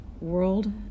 world